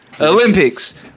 Olympics